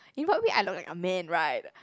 in what way I look like a man right